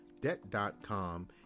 Debt.com